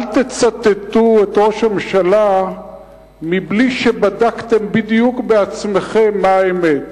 אל תצטטו את ראש הממשלה בלי שבדקתם בעצמכם בדיוק מה האמת.